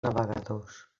navegadors